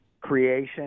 creation